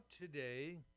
today